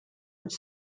its